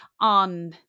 on